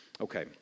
Okay